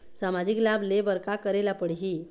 सामाजिक लाभ ले बर का करे ला पड़ही?